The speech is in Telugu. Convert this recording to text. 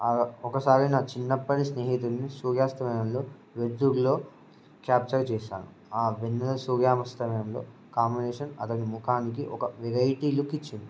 ఒకసారి నా చిన్నప్పటి స్నేహితుడిని సూర్యాస్తమయంలో వెలుతురులో క్యాప్చర్ చేశాను ఆ వెన్నెల సూర్యాస్తమయంలో కాంబినేషన్ అతని ముఖానికి ఒక వెరైటీ లుక్ ఇచ్చింది